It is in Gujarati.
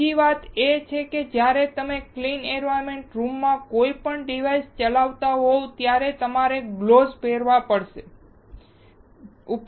બીજી વાત એ છે કે જ્યારે તમે ક્લીન રૂમમાં કોઈપણ પ્રકારનાં ડિવાઇસ ચલાવતા હો ત્યારે તમારે ગ્લોવ્ઝ પહેરવા પડે છે